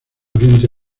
oriente